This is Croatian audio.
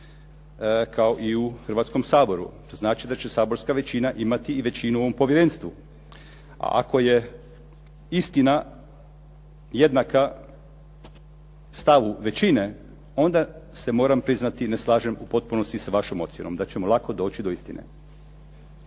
kao i u Hrvatskom saboru. Znači da će saborska većina i većinu u ovom povjerenstvu. A ako je istina jednaka stavu većine, onda se moram priznati ne slažem u potpunosti s vašom ocjenom da ćemo lako doći do istine.